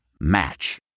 Match